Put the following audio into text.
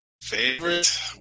favorite